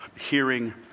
hearing